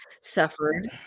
suffered